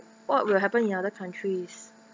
what will happen in other countries